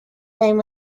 name